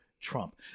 Trump